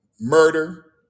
murder